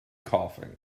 coughing